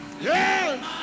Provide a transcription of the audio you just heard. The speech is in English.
Yes